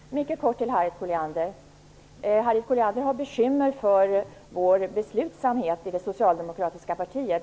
Fru talman! Mycket kort till Harriet Colliander: Harriet Colliander har bekymmer över beslutsamheten i det socialdemokratiska partiet.